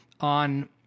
on